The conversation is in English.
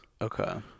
Okay